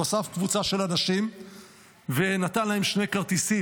הוא אסף קבוצה של אנשים ונתן להם שני כרטיסים,